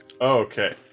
Okay